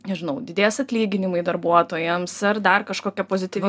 nežinau didės atlyginimai darbuotojams ar dar kažkokia pozityvi